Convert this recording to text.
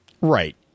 right